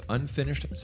Unfinished